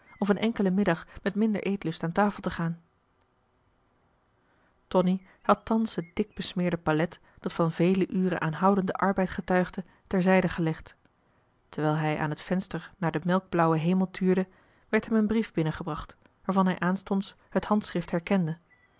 of een enkelen middag met minder eetlust aan tafel te gaan tonie had thans het dik besmeerde palet dat van vele uren aanhoudenden arbeid getuigde ter zijde gelegd terwijl hij aan het venster naar den melkblauwen hemel tuurde werd hem een brief binnengebracht waarvan hij aanstonds het handschrift herkende